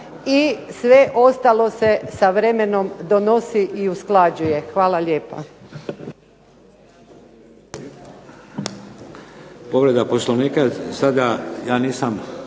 i sve ostalo se sa vremenom donosi i usklađuje. Hvala lijepa.